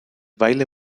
baile